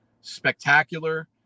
spectacular